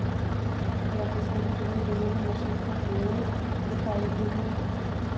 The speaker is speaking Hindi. क्या किसानों के लिए विनोइंग मशीन का प्रयोग किफायती है?